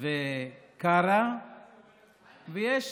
וקארה ויש